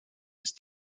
ist